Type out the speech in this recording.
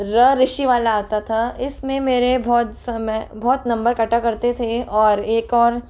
र ऋषि वाला आता था इस में मेरे बहुत समय बहुत नम्बर कटा करते थे और एक और